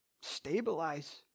stabilize